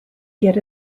get